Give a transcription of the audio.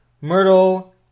myrtle